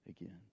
again